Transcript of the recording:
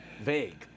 vague